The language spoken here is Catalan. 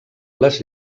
les